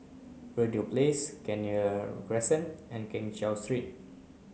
Verde Place Kenya Crescent and Keng Cheow Street